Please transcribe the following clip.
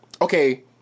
okay